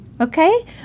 Okay